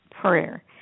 prayer